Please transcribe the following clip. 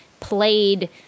played